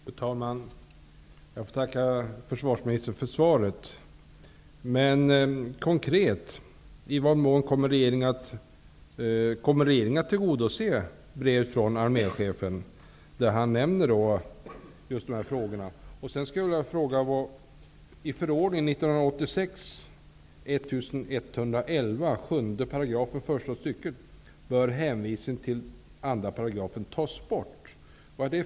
Fru talman! Jag tackar försvarsministern för svaret. Min konkreta fråga är: Kommer regeringen att tillgodose önskemålen i det brev från arméchefen där han nämner just dessa frågor, att hänvisningen till 2 § i förordningen 1986:1111 7 § första stycket bör tas bort. Vad vill arméchefen ta bort?